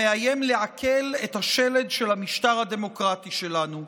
המאיים לאכל את השלד של המשטר הדמוקרטי שלנו.